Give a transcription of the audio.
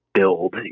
build